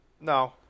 No